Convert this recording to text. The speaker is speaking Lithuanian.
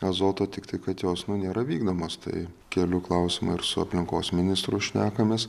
azoto tiktai kad jos nėra vykdomos tai keliu klausimą ir su aplinkos ministru šnekamės